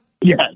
Yes